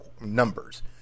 numbers